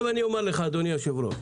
אני אומר לך אדוני היושב-ראש,